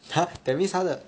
!huh! that means 他的